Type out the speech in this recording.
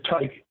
take